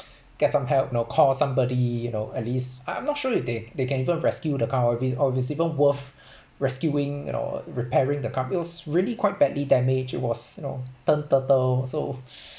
get some help you know call somebody you know at least I I'm not sure if they they can even rescue the car or it or it's even worth rescuing you know repairing the car it was really quite badly damaged it was you know turn turtle so